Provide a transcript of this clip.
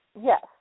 Yes